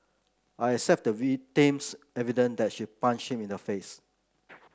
I accept the victim's evidence that she punched him in the face